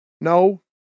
No